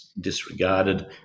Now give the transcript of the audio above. disregarded